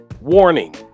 Warning